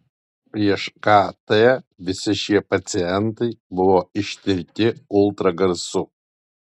prieš kt visi šie pacientai buvo ištirti ultragarsu